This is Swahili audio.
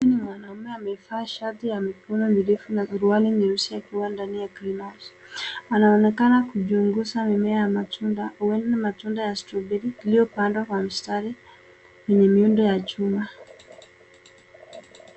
Huyu ni mwanaume amevaa shati ya mikono mirefu na suruali nyeusi akiwa ndani ya greenhouse . Anaonekana kuchunguza mimea ya matunda au matunda ya strawberry[sc] iliyopandwa kwa mstari yenye miundo ya chuma.